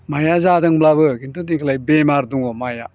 माइया जादोंब्लाबो खिन्थु देग्लाय बेमार दङ माइया